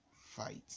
fight